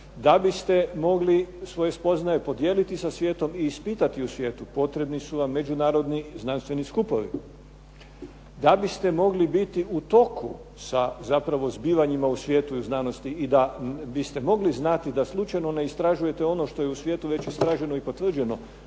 da biste mogli svoje spoznaje podijeliti sa svijetom i ispitati u svijetu potrebni su vam međunarodni znanstveni skupovi. Da biste mogli biti u toku sa zapravo zbivanjima u svijetu i u znanosti i da biste mogli znati da slučajno ne istražujete ono što je u svijetu već istraženo i potvrđeno,